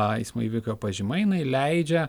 eismo įvykio pažyma jinai leidžia